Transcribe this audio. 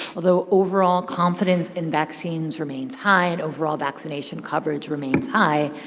although overall confidence in vaccines remains high, and overall vaccination coverage remains high,